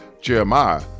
Jeremiah